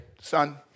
son